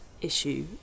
issue